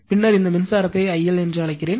பின்னர் இந்த மின்சாரத்தை I L என்று அழைக்கிறேன்